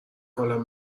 حالم